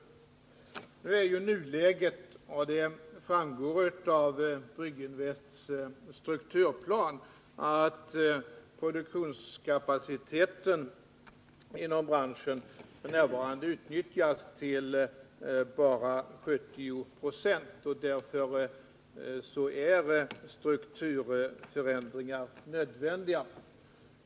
Av Brygginvests strukturplan framgår att produktionskapaciteten inom branschen f. n. utnyttjas bara till 70 90. Därför är strukturförändringar nödvändiga.